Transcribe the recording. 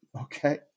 okay